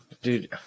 Dude